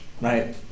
right